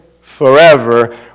forever